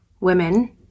women